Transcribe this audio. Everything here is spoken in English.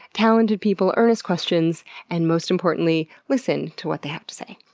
talented people earnest questions and most importantly, listen to what they have to say.